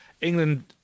England